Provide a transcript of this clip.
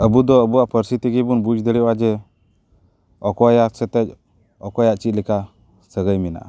ᱟᱵᱚ ᱫᱚ ᱟᱵᱚᱣᱟᱜ ᱯᱟᱹᱨᱥᱤ ᱛᱮᱜᱮ ᱵᱚᱱ ᱵᱩᱡᱽ ᱫᱟᱲᱮᱣᱟᱜᱼᱟ ᱡᱮ ᱚᱠᱚᱭᱟᱜ ᱥᱟᱛᱮ ᱚᱠᱚᱭᱟᱜ ᱪᱮᱫ ᱞᱮᱠᱟ ᱥᱟᱹᱜᱟᱹᱭ ᱢᱮᱱᱟᱜᱼᱟ